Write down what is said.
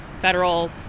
federal